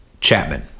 Chapman